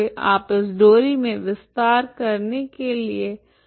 आप इस डोरी में विस्तार करने के लिए प्रयास करते है